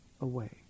away